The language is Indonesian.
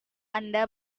anda